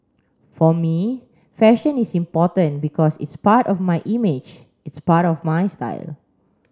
for me fashion is important because it's part of my image it's part of my style